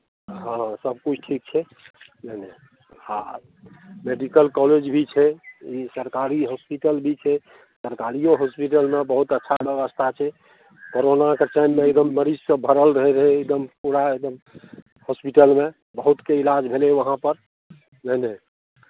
हँ सभकिछु ठीक छै बुझलियै हँ मेडिकल कॉलेज भी छै ई सरकारी हॉस्पिटल भी छै सरकारिओ हॉस्पिटलमे बहुत अच्छा व्यवस्था छै कोरोनाके टाइममे एकदम मरीजसभ भरल रहैत रहै एकदम पूरा एकदम हॉस्पिटलमे बहुतके इलाज भेलै वहाँपर बुझलियै